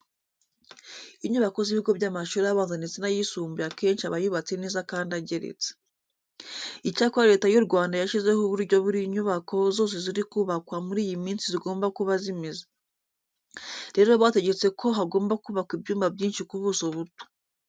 Inyubako z'ibigo by'amashuri abanza ndetse n'ayisumbuye akenshi aba yubatse neza kandi ageretse. Icyakora Leta y'u Rwanda yashyizeho uburyo buri nyubako zose ziri kubakwa muri iyi minsi zigomba kuba zimeze. Rero bategetse ko hagomba kubakwa ibyumba byinshi ku buso buto.